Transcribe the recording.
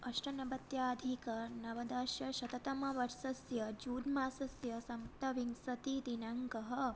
अष्टनवत्याधिक नवदशशततमवर्षस्य जून् मासस्य सप्तविंशतिदिनाङ्कः